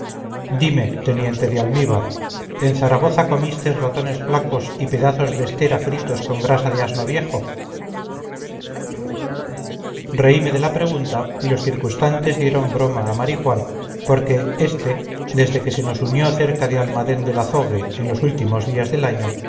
dime teniente de almíbar en zaragoza comistes ratones flacos y pedazos de estera fritos con grasa de asno viejo reíme de la pregunta y los circunstantes dieron broma a marijuán porque este desde que se nos unió cerca de almadén del azogue en los últimos días del año